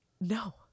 no